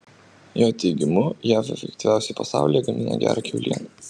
jo teigimu jav efektyviausiai pasaulyje gamina gerą kiaulieną